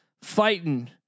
fighting